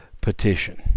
petition